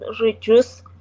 reduce